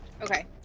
Okay